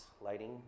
lighting